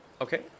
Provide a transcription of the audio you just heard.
Okay